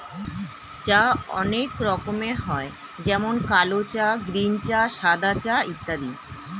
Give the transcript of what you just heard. চা অনেক রকমের হয় যেমন কালো চা, গ্রীন চা, সাদা চা ইত্যাদি